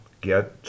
get